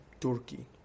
Turkey